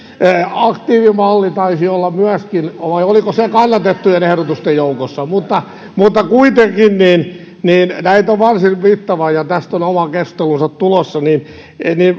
aktiivimalli taisi olla myöskin vai oliko se kannatettujen ehdotusten joukossa mutta kuitenkin näitä on varsin mittavasti ja kun tästä on oma keskustelunsa tulossa niin